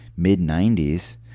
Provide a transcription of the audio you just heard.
mid-'90s